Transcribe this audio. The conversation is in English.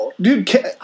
dude